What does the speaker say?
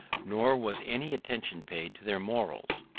nor was any attention paid to their morals.